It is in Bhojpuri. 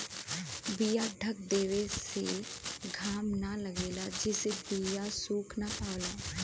बीया ढक देवे से घाम न लगेला जेसे बीया सुख ना पावला